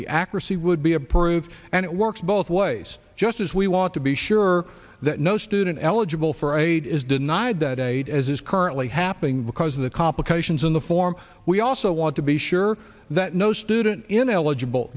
the accuracy would be approved and it works both ways just as we want to be sure that no student eligible for aid is denied that aid as is currently happening because of the complications in the form we also want to be sure or that no student ineligible